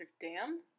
dam